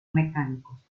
mecánicos